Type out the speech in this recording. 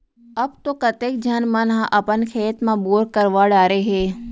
अब तो कतेक झन मन ह अपन खेत म बोर करवा डारे हें